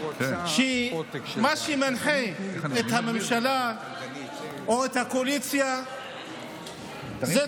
כשמה שמנחה את הממשלה או את הקואליציה זה